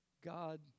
God